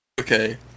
Okay